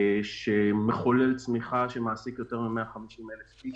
שמחולל צמיחה ומעסיק יותר מ-150,000 איש,